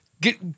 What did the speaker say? Get